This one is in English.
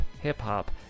hip-hop